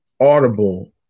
Audible